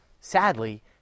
Sadly